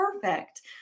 perfect